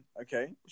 okay